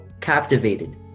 captivated